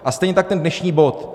A stejně tak ten dnešní bod.